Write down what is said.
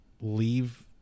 leave